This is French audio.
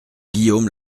guillaume